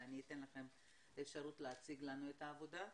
ואני אתן לכם אפשרות להציג לנו את העבודה.